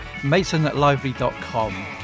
masonlively.com